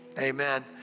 Amen